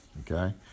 okay